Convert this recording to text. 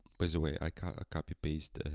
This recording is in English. by the way, i gotta copy paste